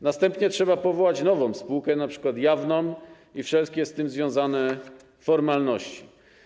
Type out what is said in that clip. Następnie trzeba powołać nową spółkę, np. jawną, i są wszelkie z tym związane formalności.